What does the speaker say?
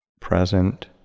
Present